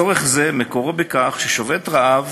צורך זה מקורו בכך ששובת רעב